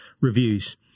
reviews